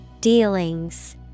Dealings